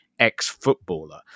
ex-footballer